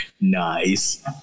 Nice